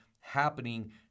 happening